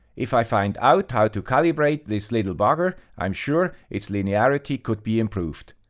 if i find out how to calibrate this little bugger, i am sure its linearity could be improved.